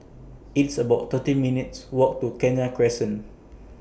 It's about thirty minutes' Walk to Kenya Crescent